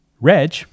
Reg